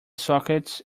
sockets